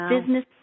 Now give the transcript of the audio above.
business